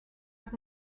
hat